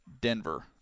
Denver